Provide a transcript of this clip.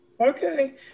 Okay